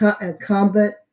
incumbent